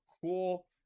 cool